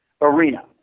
arena